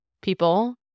people